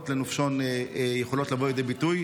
לנופשון יכולות לבוא לידי ביטוי.